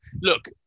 look